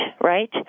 right